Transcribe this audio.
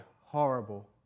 horrible